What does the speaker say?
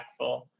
impactful